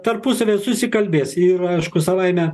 tarpusavyje susikalbės ir aišku savaime